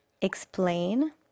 explain